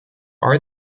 are